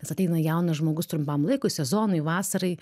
nes ateina jaunas žmogus trumpam laikui sezonui vasarai